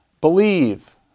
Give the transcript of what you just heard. believe